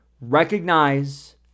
recognize